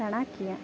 ᱫᱟᱬᱟ ᱠᱮᱭᱟ